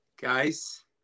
Guys